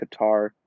Qatar